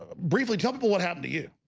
ah briefly tell people what happened to you.